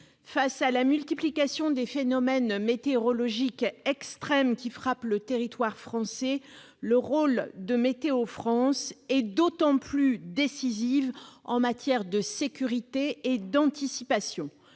Face à la multiplication des phénomènes météorologiques extrêmes qui frappent le territoire français, le rôle de Météo France est d'autant plus décisif en matière de sécurité et d'anticipation.